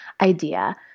idea